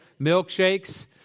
Milkshakes